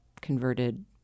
converted